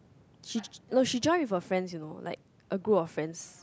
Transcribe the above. she no she join with her friends you know like a group of friends